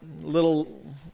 Little